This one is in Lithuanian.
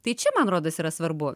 tai čia man rodos yra svarbu